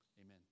Amen